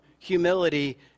Humility